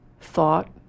thought